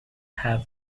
have